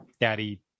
daddy